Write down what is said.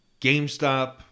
GameStop